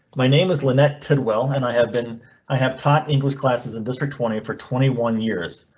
my name is lynette tidwell and i have been i have taught english classes in district twenty for twenty one years.